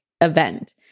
event